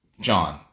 John